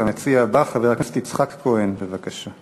המציע הבא, חבר הכנסת יצחק כהן, בבקשה.